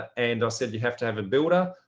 and said, you have to have a builder.